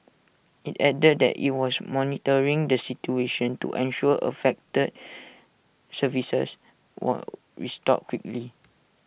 IT added that IT was monitoring the situation to ensure affected services were restored quickly